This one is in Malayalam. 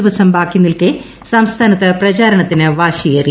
ദിവസം ബാക്കി നിൽക്കെ സംസ്ഥാനത്ത് പ്രചാരണത്തിന് വാശിയേറി